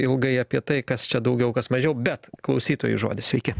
ilgai apie tai kas čia daugiau kas mažiau bet klausytojui žodis sveiki